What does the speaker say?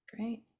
Great